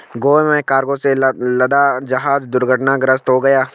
गोवा में कार्गो से लदा जहाज दुर्घटनाग्रस्त हो गया